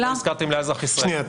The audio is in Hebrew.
שנייה,